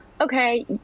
okay